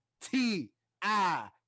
T-I